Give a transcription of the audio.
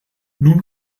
nun